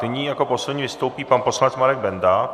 Nyní jako poslední vystoupí pan poslanec Marek Benda.